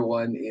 one